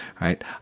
right